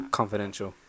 confidential